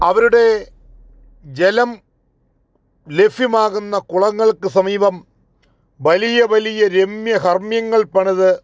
അവരുടെ ജലം ലഭ്യമാകുന്ന കുളങ്ങൾക്ക് സമീപം വലിയ വലിയ രമ്യ ഹർമ്യങ്ങൾ പണിത്